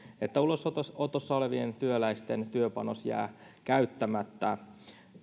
ulosotossa olevien työläisten työpanos jää käyttämättä